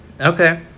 Okay